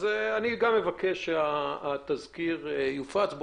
אני מבקש שהתזכיר יופץ.